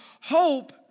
Hope